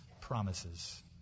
promises